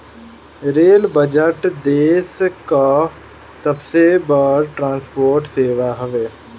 rail budget देस कअ सबसे बड़ ट्रांसपोर्ट सेवा हवे